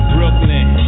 Brooklyn